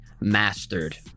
mastered